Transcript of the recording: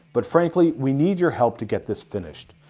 but frankly we need your help to get this finished.